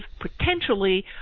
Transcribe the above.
potentially